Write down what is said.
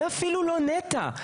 זה אפילו לא נת"ע.